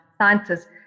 scientists